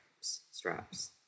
Straps